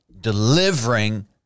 delivering